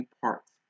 parts